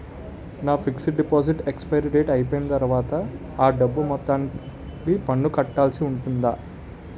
నా fixed deposit expiry date అయిపోయిన తర్వాత అ డబ్బు మొత్తానికి పన్ను కట్టాల్సి ఉంటుందా?